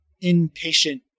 impatient